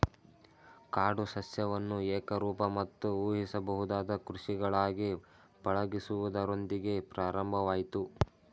ಕಾಡು ಸಸ್ಯವನ್ನು ಏಕರೂಪ ಮತ್ತು ಊಹಿಸಬಹುದಾದ ಕೃಷಿಗಳಾಗಿ ಪಳಗಿಸುವುದರೊಂದಿಗೆ ಪ್ರಾರಂಭವಾಯ್ತು